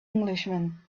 englishman